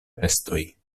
bestoj